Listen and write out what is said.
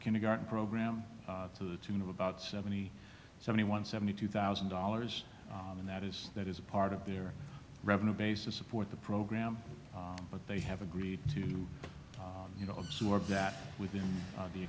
kindergarten program to the tune of about seventy seventy one seventy two thousand dollars and that is that is a part of their revenue base to support the program but they have agreed to you know absorb that within the